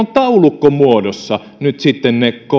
on taulukkomuodossa nyt sitten ne